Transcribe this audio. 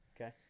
Okay